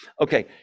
Okay